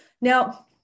Now